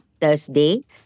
Thursday